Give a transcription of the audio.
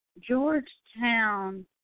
Georgetown